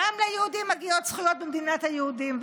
גם ליהודים מגיעות זכויות במדינת היהודים.